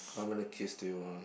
how many kids do you want